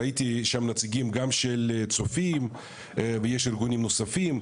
ראיתי שם נציגים גם של צופים ויש ארגונים נוספים.